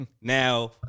Now